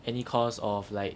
any cost of like